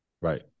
right